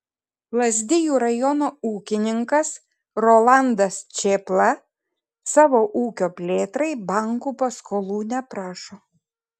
lazdijų rajono ūkininkas rolandas čėpla savo ūkio plėtrai bankų paskolų neprašo